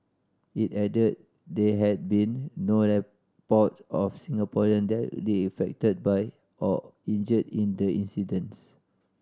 it added they had been no report of Singaporean directly affected by or injured in the incidents